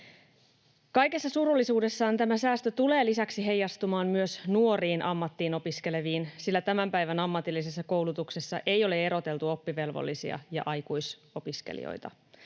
Kaikessa surullisuudessaan tämä säästö tulee lisäksi heijastumaan myös nuoriin ammattiin opiskeleviin, sillä tämän päivän ammatillisessa koulutuksessa ei ole eroteltu oppivelvollisia ja aikuisopiskelijoita.